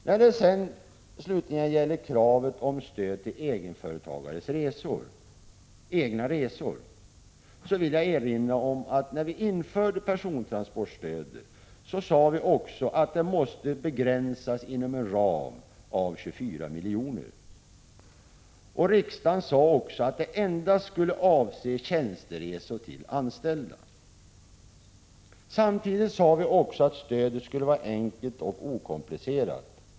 När det slutligen gäller kravet på stöd till egenföretagares egna resor vill jag erinra om följande: När vi införde persontransportstödet sade vi att det måste begränsas inom en ram av 24 miljoner. Riksdagen uttalade också att stödet endast skulle avse tjänsteresor av anställda. Samtidigt sade vi att stödet skulle vara enkelt och okomplicerat.